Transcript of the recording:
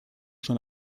schon